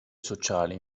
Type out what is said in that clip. sociali